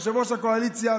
יושב-ראש הקואליציה,